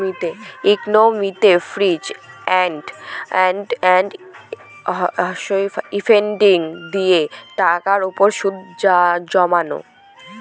ইকনমিকসে ফিচ and effective দিয়ে টাকার উপর সুদ জমানো